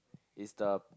is the